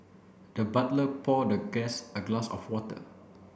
the butler pour the guest a glass of water